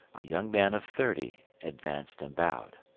a young man of thirty advanced and bowed.